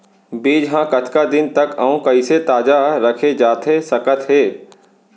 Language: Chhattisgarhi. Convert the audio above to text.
बीज ह कतका दिन तक अऊ कइसे ताजा रखे जाथे सकत हे?